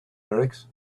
lyrics